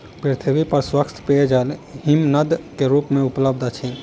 पृथ्वी पर स्वच्छ पेयजल हिमनद के रूप में उपलब्ध अछि